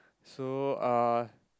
so uh